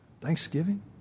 Thanksgiving